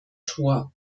tor